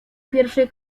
pierwszej